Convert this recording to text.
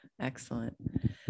Excellent